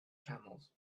camels